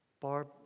Barb